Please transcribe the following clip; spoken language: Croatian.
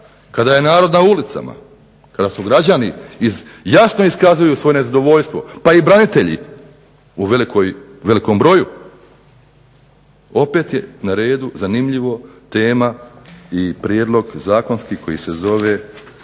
kada je narod na ulicama, kada su građani jasno iskazuju svoje nezadovoljstvo, pa i branitelji u velikom broju, opet je na redu zanimljivo tema i prijedlog zakonski koji se zove